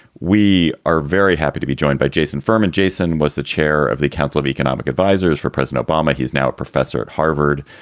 we are very happy to be joined by jason furman. jason was the chair of the council of economic advisers for president obama. he's now a professor at harvard.